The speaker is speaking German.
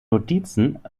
notizen